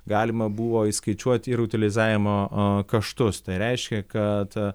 galima buvo įskaičiuoti ir utilizavimo kaštus tai reiškia kad